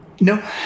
No